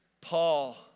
Paul